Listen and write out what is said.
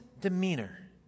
demeanor